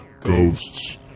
ghosts